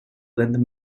than